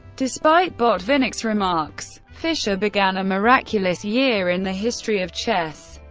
despite botvinnik's remarks, fischer began a miraculous year in the history of chess.